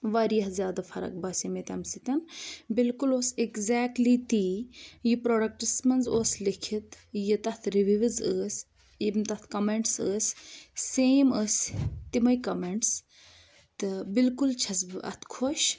واریاہ زیادٕ فرق باسیے مےٚ تَمہِ سۭتۍ بالکل اوٗس ایٚکزیکٹلی تی یہِ پرٛوڈَکٹَس منٛز اوٗس لیٚکھِتھ یہِ تَتھ رِوِوٕز ٲسۍ یِم تَتھ کوٚمیٚنٹٕس ٲسۍ سیم ٲسۍ تِمَے کوٚمیٚنٹٕس تہٕ بلکل چھَس بہٕ اَتھ خۄش